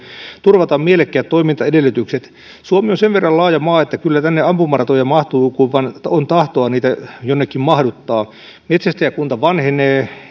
turvataan mielekkäät toimintaedellytykset suomi on sen verran laaja maa että kyllä tänne ampumaratoja mahtuu kun vain on tahtoa niitä jonnekin mahduttaa metsästäjäkunta vanhenee